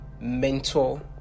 mentor